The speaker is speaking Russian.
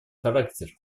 характер